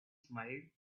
smiled